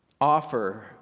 offer